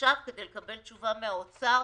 עכשיו כדי לקבל תשובה מהאוצר.